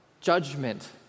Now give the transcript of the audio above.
judgment